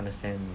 understand